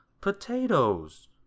Potatoes